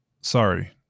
Sorry